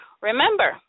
remember